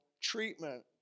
treatment